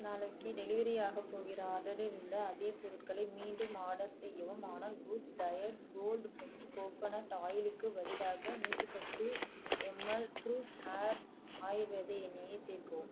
நாளைக்கு டெலிவரியாக போகிற ஆர்டரில் உள்ள அதே பொருட்களை மீண்டும் ஆர்டர் செய்யவும் ஆனால் good diet cold pressed coconut ஆயிலுக்கு பதிலாக நூற்றி பத்து எம்எல் ட்ரூ ஹேர் ஆயுர்வேத எண்ணெய்யை சேர்க்கவும்